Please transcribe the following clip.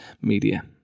media